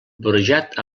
vorejat